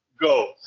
go